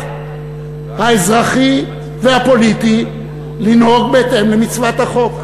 האזרחי והפוליטי לנהוג בהתאם למצוות החוק.